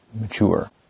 mature